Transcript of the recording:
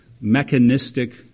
mechanistic